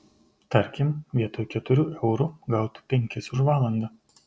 tarkim vietoj keturių eurų gautų penkis už valandą